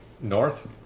North